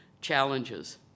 challenges